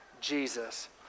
Jesus